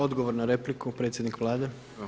Odgovor na repliku predsjednik Vlade.